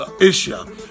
asia